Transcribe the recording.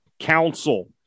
Council